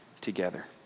together